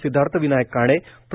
सिदधार्थ विनायक काणेए प्र